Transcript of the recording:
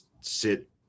sit